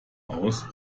aus